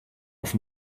auf